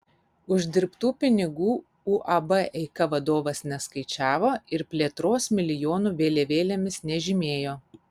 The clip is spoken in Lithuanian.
uždirbtų pinigų uab eika vadovas neskaičiavo ir plėtros milijonų vėliavėlėmis nežymėjo